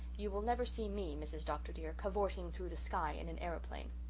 you will never see me, mrs. dr. dear, cavorting through the sky in an aeroplane.